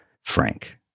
Frank